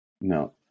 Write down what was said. No